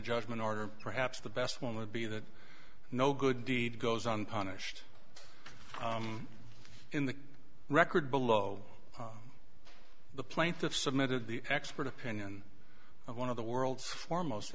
judgment order perhaps the best one would be that no good deed goes unpunished in the record below the plaintiff submitted the expert opinion of one of the world's foremost